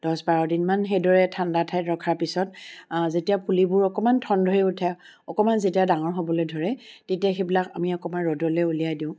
দহ বাৰদিন মান সেইদৰে ঠাণ্ডা ঠাইত ৰখাৰ পিছত যেতিয়া পুলিবোৰ অকণমান ঠণ ধৰি উঠে অকণমান যেতিয়া ডাঙৰ হ'বলৈ ধৰে তেতিয়া সেইবিলাক আমি অকণমান ৰ'দলৈ উলিয়াই দিওঁ